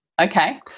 okay